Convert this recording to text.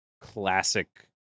classic